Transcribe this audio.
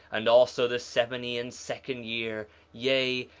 and also the seventy and second year, yea,